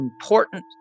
important